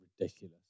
ridiculous